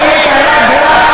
ירים את היד בעד.